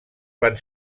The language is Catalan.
van